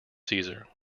caesar